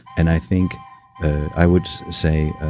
and i think i would say,